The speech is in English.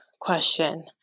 question